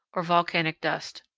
or volcanic dust.